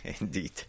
Indeed